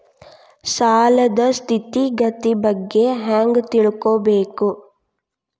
ಸಾಲದ್ ಸ್ಥಿತಿಗತಿ ಬಗ್ಗೆ ಹೆಂಗ್ ತಿಳ್ಕೊಬೇಕು?